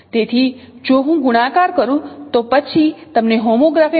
તેથી જો હું ગુણાકાર કરું તો પછી તમને હોમોગ્રાફી મેટ્રિક્સ મળશે